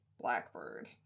Blackbird